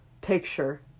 picture